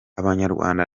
abanyarwanda